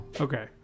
okay